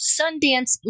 Sundance